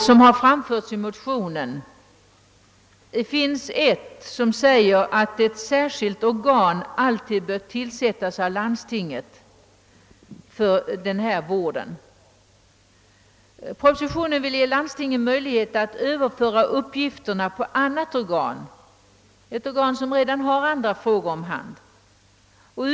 Ett av yrkandena i detta motionspar är, att ett särskilt organ alltid skall tillsättas i landstingen för vården av de psykiskt utvecklingsstörda. Departementschefen vill ge landstingen möjligheter att överföra dessa uppgifter på annat organ som redan finns inom landstingen.